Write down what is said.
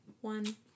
one